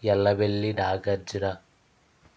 Yellavelli Nagarjuna